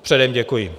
Předem děkuji.